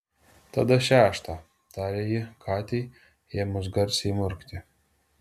tada šeštą tarė ji katei ėmus garsiai murkti